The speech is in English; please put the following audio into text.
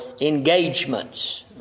engagements